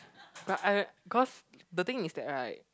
but I cause the thing is that right